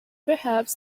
perhaps